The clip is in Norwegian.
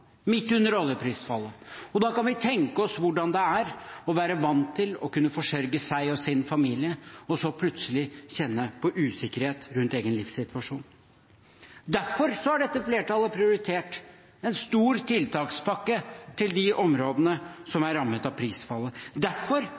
midt under oljeprisfallet. Da kan vi tenke oss hvordan det er å være vant til å kunne forsørge seg og sin familie, og så plutselig kjenne på usikkerhet rundt egen livssituasjon. Derfor har dette flertallet prioritert en stor tiltakspakke til de områdene som er rammet av prisfallet. Derfor